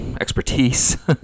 expertise